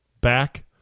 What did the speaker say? back